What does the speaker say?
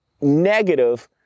negative